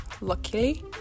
luckily